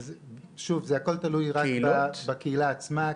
שוב, זה הכל תלו בקהילה עצמה.